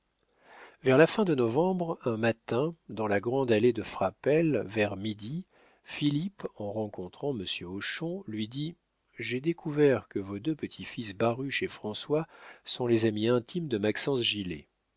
vers la fin de novembre un matin dans la grande allée de frapesle vers midi philippe en rencontrant monsieur hochon lui dit j'ai découvert que vos deux petits-fils baruch et françois sont les amis intimes de maxence gilet